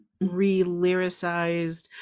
re-lyricized